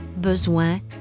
besoin